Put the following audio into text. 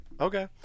Okay